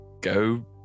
go